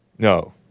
No